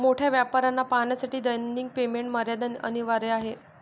मोठ्या व्यापाऱ्यांना पाहण्यासाठी दैनिक पेमेंट मर्यादा अनिवार्य आहे